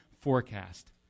forecast